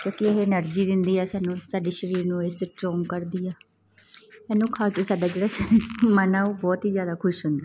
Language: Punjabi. ਕਿਉਂਕਿ ਇਹ ਅਨਰਜੀ ਦਿੰਦੀ ਆ ਸਾਨੂੰ ਸਾਡੇ ਸਰੀਰ ਨੂੰ ਇਹ ਸਟਰੋਂਗ ਕਰਦੀ ਆ ਇਹਨੂੰ ਖਾ ਕੇ ਸਾਡਾ ਜਿਹੜਾ ਮਨ ਆ ਉਹ ਬਹੁਤ ਹੀ ਜ਼ਿਆਦਾ ਖੁਸ਼ ਹੁੰਦਾ